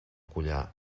collar